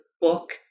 book